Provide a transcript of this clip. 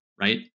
right